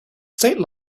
state